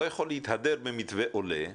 לא יכול להתהדר במתווה עולה,